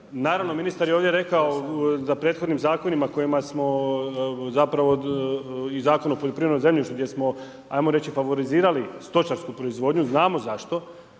Naravno ministar je ovdje rekao da prethodnim zakonima, kojima smo, zapravo i Zakon o poljoprivrednom zemljištu, gdje smo, ajmo reći, favorizirali stočaraka proizvodnju, znamo zašto,